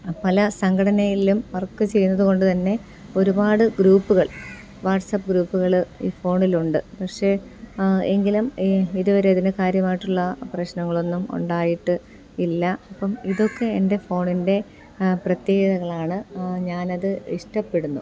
പല സംഘടനയിലും വർക്ക് ചെയ്യുന്നത് കൊണ്ട് തന്നെ ഒരുപാട് ഗ്രൂപ്പുകൾ വാട്സ്പ്പ് ഗ്രൂപ്പുകൾ ഈ ഫോണിലുണ്ട് പക്ഷെ എങ്കിലും ഇതുവരെ അതിന് കാര്യമായിട്ടുള്ള പ്രശ്നങ്ങളൊന്നും ഉണ്ടായിട്ടില്ല അപ്പം ഇതൊക്കെ എൻ്റെ ഫോണിൻ്റെ പ്രത്യേകതകളാണ് ഞാൻ അത് ഇഷ്ടപ്പെടുന്നു